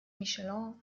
michelin